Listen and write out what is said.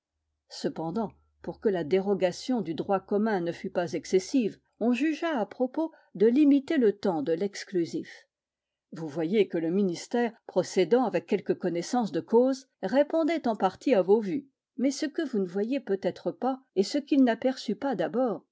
cependant pour que la dérogation au droit commun ne fût pas excessive on jugea à propos de limiter le temps de l'exclusif vous voyez que le ministère procédant avec quelque connaissance de cause répondait en partie à vos vues mais ce que vous ne voyez peut-être pas et ce qu'il n'aperçut pas d'abord